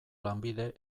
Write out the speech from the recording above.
lanbide